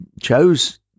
chose